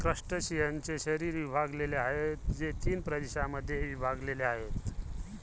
क्रस्टेशियन्सचे शरीर विभागलेले आहे, जे तीन प्रदेशांमध्ये विभागलेले आहे